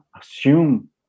assume